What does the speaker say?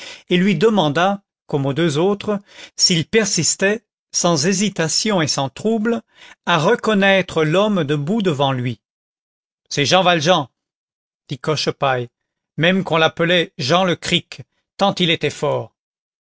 et lui demanda comme aux deux autres s'il persistait sans hésitation et sans trouble à reconnaître l'homme debout devant lui c'est jean valjean dit cochepaille même qu'on l'appelait jean le cric tant il était fort